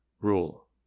rule